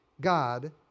God